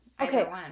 okay